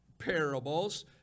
parables